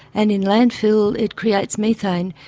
and in landfill it creates methane,